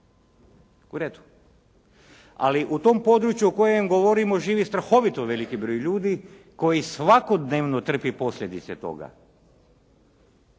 Ali u tom području o kojem govorim živi strahovito veliki broj ljudi koji svakodnevno trpi posljedice toga.